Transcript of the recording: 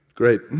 Great